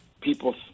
people